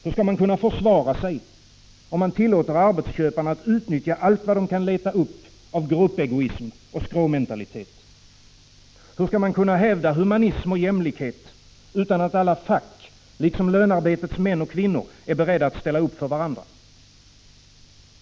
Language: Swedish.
Hur skall man kunna försvara sig, om man tillåter arbetsköparna att utnyttja allt vad de kan leta upp av gruppegoism och skråmentalitet? Hur skall man kunna hävda humanism och jämlikhet utan att alla fack, liksom lönarbetets män och kvinnor, är beredda att ställa upp för varandra?